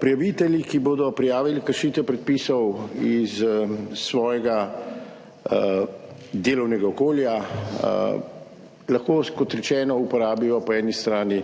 Prijavitelji, ki bodo prijavili kršitve predpisov iz svojega delovnega okolja, lahko, kot rečeno, uporabijo po eni strani